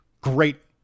great